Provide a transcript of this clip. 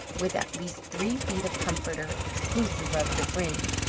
with at least three feet of comforter, exclusive of the fringe,